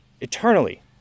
eternally